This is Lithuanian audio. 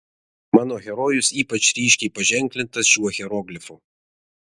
mano herojus ypač ryškiai paženklintas šiuo hieroglifu